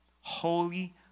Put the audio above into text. Holy